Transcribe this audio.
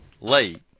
late